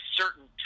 certain